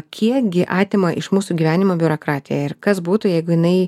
kiek gi atima iš mūsų gyvenimo biurokratija ir kas būtų jeigu jinai